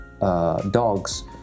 dogs